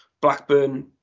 Blackburn